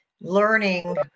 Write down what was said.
learning